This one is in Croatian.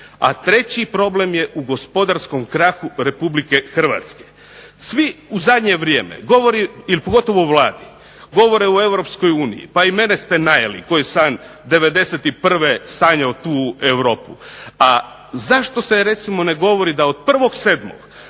A treći problem je u gospodarskom krahu RH. Svi u zadnje vrijeme, pogotovo u Vladi, govore o EU. Pa i mene ste … koji sam '91. sanjao tu Europu. A zašto se recimo ne govori da od